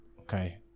Okay